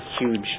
huge